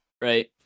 right